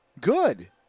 Good